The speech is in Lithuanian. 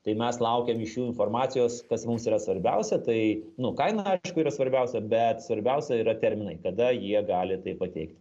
tai mes laukiam iš jų informacijos kas mums yra svarbiausia tai nu kaina aišku yra svarbiausia bet svarbiausia yra terminai kada jie gali tai pateikt